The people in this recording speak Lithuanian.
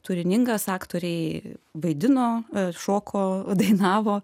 turiningas aktoriai vaidino šoko dainavo